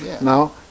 Now